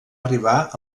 arribar